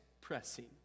pressing